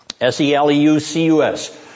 S-E-L-E-U-C-U-S